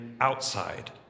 outside